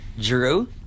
Drew